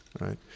right